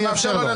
אני אאפשר לו.